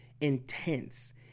intense